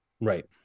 Right